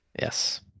Yes